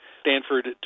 Stanford